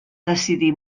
decidir